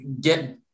get